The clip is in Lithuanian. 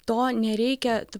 to nereikia tu